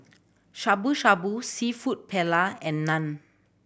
Shabu Shabu Seafood Paella and Naan